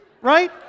Right